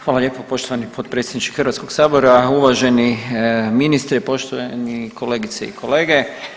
Hvala lijepo poštovani potpredsjedniče Hrvatskog sabora, uvaženi ministre, poštovani kolegice i kolege.